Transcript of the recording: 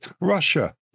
Russia